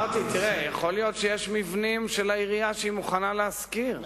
יכול להיות שיש מבנים של העירייה שהיא מוכנה להשכיר.